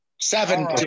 seven